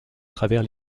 travers